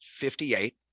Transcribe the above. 58